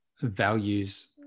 values